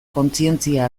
kontzientzia